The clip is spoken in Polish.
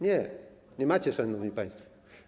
Nie, nie macie, szanowni państwo.